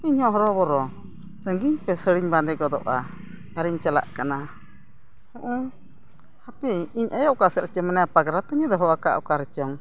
ᱤᱧ ᱦᱚᱸ ᱦᱚᱨᱚᱵᱚᱨᱚ ᱛᱟᱹᱜᱤᱧ ᱯᱮ ᱥᱟᱹᱲᱤᱧ ᱵᱟᱸᱫᱮ ᱜᱚᱫᱚᱜᱼᱟ ᱟᱨ ᱤᱧ ᱪᱟᱞᱟᱜ ᱠᱟᱱᱟ ᱦᱚᱜᱼᱚᱸᱭ ᱦᱟᱯᱮ ᱤᱧ ᱟᱭᱳ ᱚᱠᱟ ᱥᱮᱡ ᱨᱮᱪᱚᱭ ᱢᱟᱱᱮ ᱯᱟᱜᱽᱨᱟ ᱛᱮᱧ ᱫᱚᱦᱚ ᱟᱠᱟᱜᱼᱟ ᱚᱠᱟ ᱨᱮᱪᱚᱝ